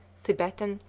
thibetan,